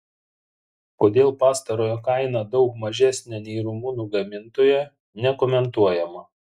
kodėl pastarojo kaina daug mažesnė nei rumunų gamintojo nekomentuojama